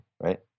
right